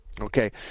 okay